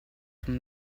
from